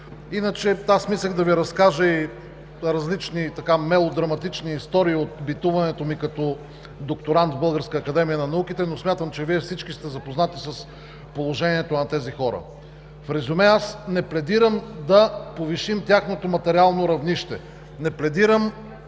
Иначе мислех да Ви разкажа различни мелодраматични истории от битуването ми като докторант в БАН, но смятам, че всички Вие сте запознати с положението на тези хора. В резюме, аз не пледирам да повишим тяхното материално равнище, не пледирам